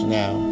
now